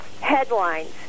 headlines